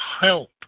help